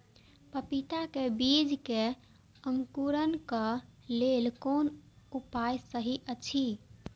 पपीता के बीज के अंकुरन क लेल कोन उपाय सहि अछि?